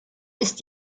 ist